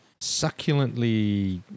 succulently